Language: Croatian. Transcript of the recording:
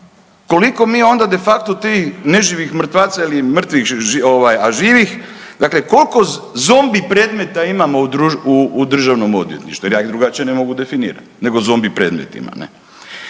koliko mi onda de facto tih neživih mrtvaca ili mrtvih ovaj a živih, dakle koliko zombi predmeta imamo u državnom odvjetništvu jer ja ih drugačije ne mogu definirati nego zombi predmetima